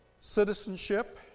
citizenship